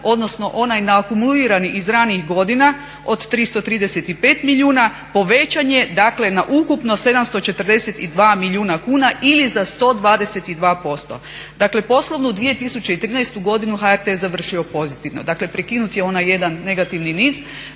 odnosno onaj na akumulirani iz ranijih godina od 335 milijuna povećan je, dakle na ukupno 742 milijuna kuna ili za 122%. Dakle, poslovnu 2013. godinu HRT je završio pozitivno. Dakle, prekinut je onaj jedan negativni niz,